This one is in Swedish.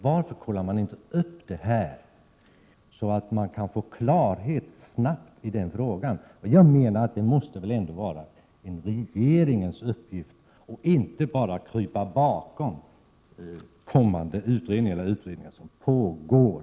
Varför kollar man inte upp det här, så att man snabbt kan få klarhet i den frågan? Det måste väl ändå vara regeringens uppgift. Jag menar att regeringen inte bara kan krypa bakom kommande utredningar eller ; 81 utredningar som pågår.